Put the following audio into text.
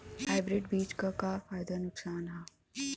Hybrid बीज क का फायदा नुकसान ह?